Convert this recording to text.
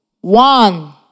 One